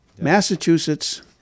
Massachusetts